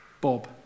Bob